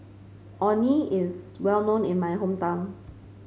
Orh Nee is well known in my hometown